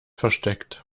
versteckt